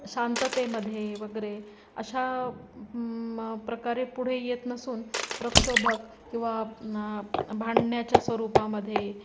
शांततेमध्ये वगैरे अशा म प्रकारे पुढे येत नसून प्रक्षोभक किंवा भांडण्याच्या स्वरूपामध्ये